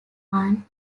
aunt